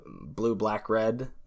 blue-black-red